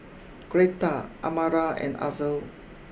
Gretta Amara and Arvel